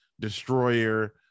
destroyer